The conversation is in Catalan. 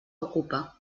ocupa